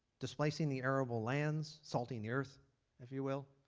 displacing the arable lands, salting the earth if you will.